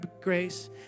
grace